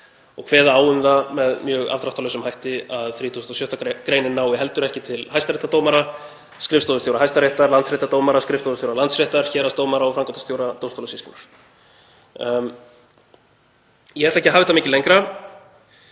og kveða á um það með mjög afdráttarlausum hætti að 36. gr. nái heldur ekki til hæstaréttardómara, skrifstofustjóra Hæstaréttar, landsréttardómara, skrifstofustjóra Landsréttar, héraðsdómara og framkvæmdastjóra dómstólasýslunnar. Ég ætla ekki að hafa þetta mikið lengra.